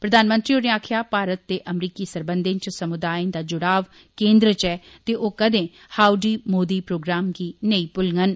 प्रधानमंत्री होरें आक्खेआ भारत ते अमरीकी सरबंधें च समुदायें दा जुड़ाव केन्द्र च ऐ ते ओ कदें हाऊड़ी मोदी प्रोग्राम गी नेई भुलङन